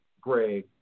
Greg